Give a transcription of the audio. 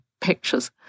pictures